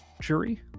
jury